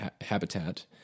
habitat